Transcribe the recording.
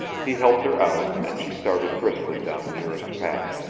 he helped her out, and she started briskly down the nearest path.